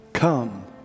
Come